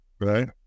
right